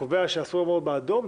כשאתה קובע שאסור לעבור באדום,